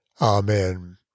Amen